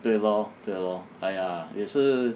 对 lor 对 lor !aiya! 也是